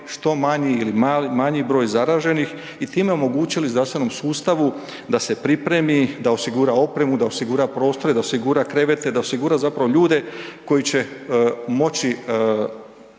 što manji ili manji broj zaraženih i time omogućili zdravstvenom sustavu da se pripremi, da osigura opremu, da osigura prostore, da osigura krevete, da osigura zapravo ljude koji će moći